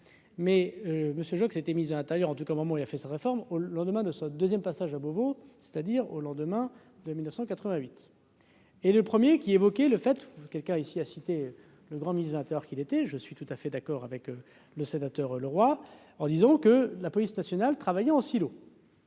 mais Monsieur Jo s'était mis à l'intérieur en tout cas, au moment où il a fait sa réforme au lendemain de son 2ème passage à Beauvau, c'est-à-dire au lendemain de 1988. Et le 1er qui évoquait le fait quelqu'un ici a cité le grand migrateur, qu'il était, je suis tout à fait d'accord avec le sénateur, le roi en disant que la police nationale, travailler en silos.